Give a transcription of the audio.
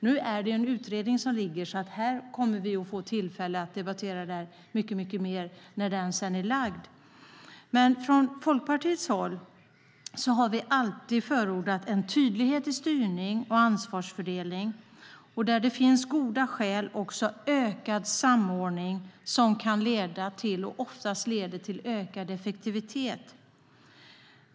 Det pågår en utredning, så vi kommer att få tillfälle att debattera detta mer när den är klar. Folkpartiet har alltid förordat en tydlighet i styrning och ansvarsfördelning och där det finns goda skäl också ökad samordning som kan leda till och oftast leder till ökad effektivitet.